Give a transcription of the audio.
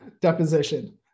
deposition